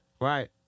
Right